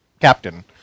Captain